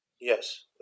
Yes